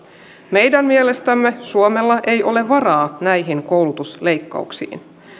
meidän mielestämme suomella ei ole varaa näihin koulutusleikkauksiin